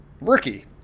Rookie